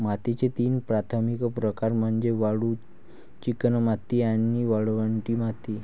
मातीचे तीन प्राथमिक प्रकार म्हणजे वाळू, चिकणमाती आणि वाळवंटी माती